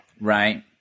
Right